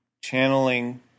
channeling